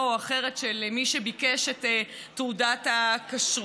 או אחרת של מי שביקש את תעודת הכשרות.